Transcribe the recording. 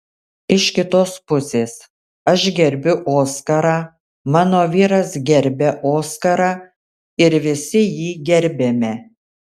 iš kitos pusės aš gerbiu oskarą mano vyras gerbia oskarą ir visi jį gerbiame